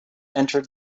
entered